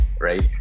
right